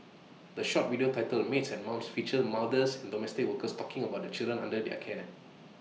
the short video titled maids and mums features mothers and domestic workers talking about the children under their care